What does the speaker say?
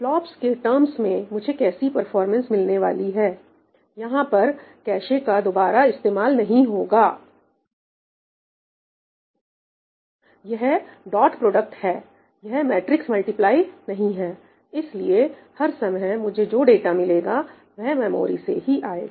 flops के terms में मुझे कैसी परफॉर्मेंस मिलने वाली है वहां पर कैशे का दोबारा इस्तेमाल नहीं होगा यह डॉट प्रोडक्ट है यह मैट्रिक्स मल्टीप्लाई नहीं है इसलिए हर समय मुझे जो डाटा मिलेगा वह मेमोरी से ही आएगा